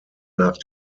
nach